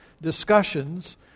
discussions